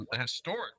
historic